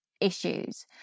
issues